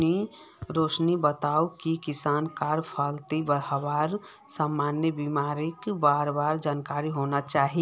रोशिनी बताले कि किसानक फलत हबार सामान्य बीमारिर बार जानकारी होना चाहिए